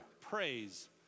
praise